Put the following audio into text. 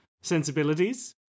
sensibilities